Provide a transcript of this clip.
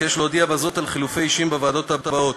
אבקש להודיע בזה על חילופי אישים בוועדות האלה: